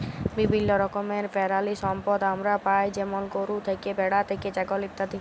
বিভিল্য রকমের পেরালিসম্পদ আমরা পাই যেমল গরু থ্যাকে, ভেড়া থ্যাকে, ছাগল ইত্যাদি